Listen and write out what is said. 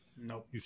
Nope